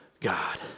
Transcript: God